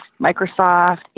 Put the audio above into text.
Microsoft